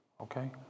okay